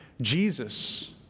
Jesus